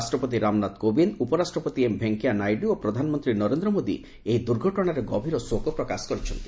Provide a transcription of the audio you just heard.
ରାଷ୍ଟ୍ରପତି ରାମନାଥ କୋବିନ୍ଦ ଉପରାଷ୍ଟ୍ରପତି ଏମ୍ ଭେଙ୍କୟା ନାଇଡୁ ଓ ପ୍ରଧାନମନ୍ତ୍ରୀ ନରେନ୍ଦ୍ର ମୋଦୀ ଏହି ଦୁର୍ଘଟଣାରେ ଗଭୀର ଶୋକ ପ୍ରକାଶ କରିଛନ୍ତି